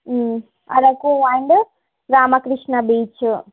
Araku and Ramakrishna beach